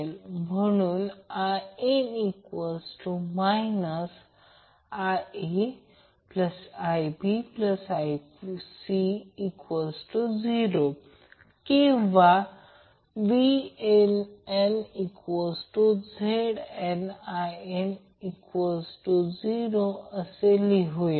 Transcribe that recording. म्हणून In IaIbIc0 किंवा VnNZnIn0 असे लिहूया